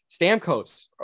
Stamkos